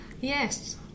Yes